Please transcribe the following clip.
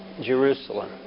Jerusalem